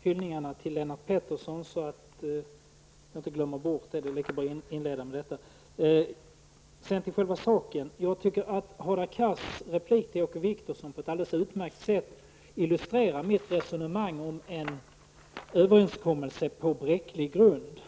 hyllningarna till Lennart Pettersson först, så att jag inte glömmer bort det. Sedan till själva saken: Jag tycker Hadar Cars replik till Åke Wictorsson på ett alldeles utmärkt sätt illustrerade mitt resonemang om en överenskommelse på bräcklig grund.